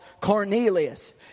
Cornelius